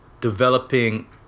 developing